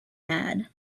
had